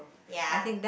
ya